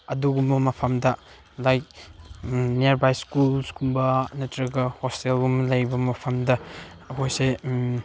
ꯑꯗꯨꯒꯨꯝꯕ ꯃꯐꯝꯗ ꯂꯥꯏꯛ ꯅꯤꯌꯥꯔꯕꯥꯏ ꯁ꯭ꯀꯨꯜꯁꯒꯨꯝꯕ ꯅꯠꯇ꯭ꯔꯒ ꯍꯣꯁꯇꯦꯜꯒꯨꯝꯕ ꯂꯩꯕ ꯃꯐꯝꯗ ꯑꯩꯈꯣꯏꯁꯦ